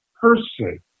person